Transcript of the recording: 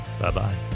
Bye-bye